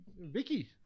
Vicky